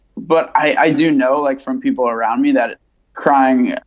but i do know like from people around me that crying.